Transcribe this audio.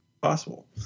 possible